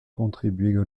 contribue